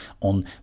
on